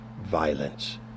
violence